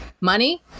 Money